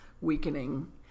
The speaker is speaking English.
weakening